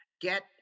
get